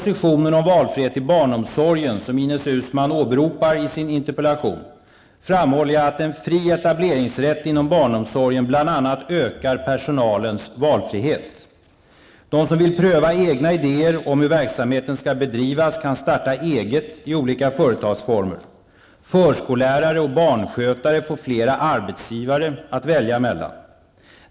, som Ines Uusmann åberopar i sin interpellation, framhåller jag att en fri etableringsrätt inom barnomsorgen bl.a. ökar personalens valfrihet. De som vill pröva egna idéer om hur verksamheten skall bedrivas kan starta eget i olika företagsformer. Förskollärare och barnskötare får flera arbetsgivare att välja mellan.